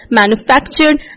manufactured